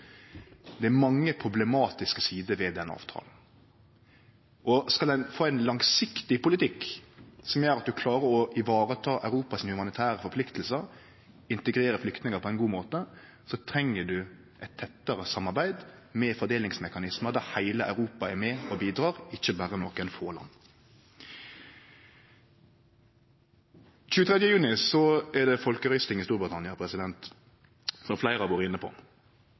Det er mange problematiske sider ved den avtalen. Skal ein få ein langsiktig politikk, som gjer at ein klarer å ta vare på dei humanitære forpliktingane Europa har, og integrere flyktningar på ein god måte, treng ein eit tettare samarbeid med fordelingsmekanismar der heile Europa er med og bidreg, ikkje berre nokre få land. Den 23. juni er det folkerøysting i Storbritannia, som fleire har vore inne på.